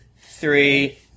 three